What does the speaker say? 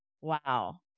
Wow